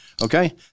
Okay